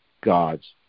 God's